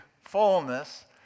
fullness